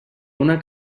una